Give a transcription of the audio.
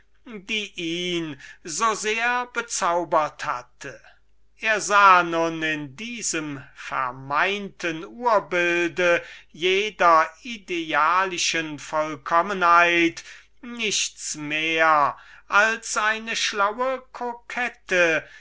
so sehr bezaubert hatte er sah nun in diesem vermeinten urbild einer jeden idealen vollkommenheit nichts mehr als eine schlaue